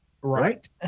Right